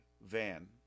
van